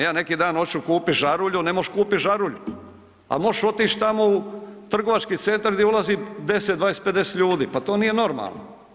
Ja neki dan oću kupit žarulju, ne možeš kupit žarulju, a možeš otić tamo u trgovački centar gdje ulazi 10, 20, 50 ljudi, pa to nije normalno.